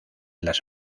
las